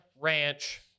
ranch